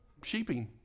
Sheeping